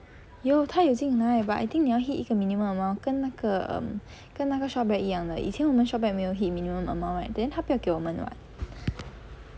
有它有进来 but I think 你要 hit 一个 minimum amount 跟那个 um 跟那个 ShopBack 一样的以前我们:yi yang de yi qianan wo men ShopBack 没有 hit minimum amount right then 它不要给我们 [what]